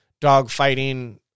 dogfighting